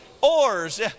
Oars